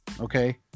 okay